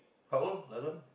how hold husband